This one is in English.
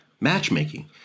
matchmaking